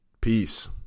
peace